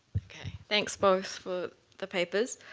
thanks, both, for the papers.